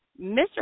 Mr